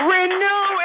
Renew